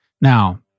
Now